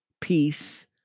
peace